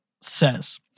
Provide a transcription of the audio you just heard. says